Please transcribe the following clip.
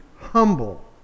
humble